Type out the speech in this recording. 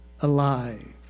alive